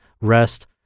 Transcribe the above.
rest